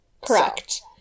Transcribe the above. Correct